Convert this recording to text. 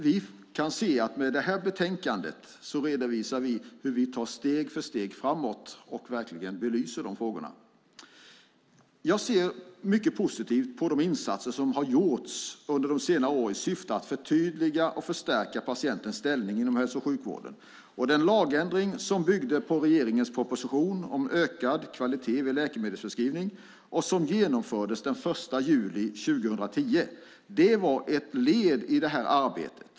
Vi kan se att vi med detta betänkande redovisar hur vi tar steg för steg framåt och verkligen belyser frågorna. Jag ser mycket positivt på de insatser som har gjorts under senare år i syfte att förtydliga och förstärka patientens ställning inom hälso och sjukvården. Den lagändring som byggde på regeringens proposition om ökad kvalitet vid läkemedelsförskrivning och som genomfördes den 1 juli 2010 var ett led i detta arbete.